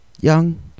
Young